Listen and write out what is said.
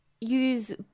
use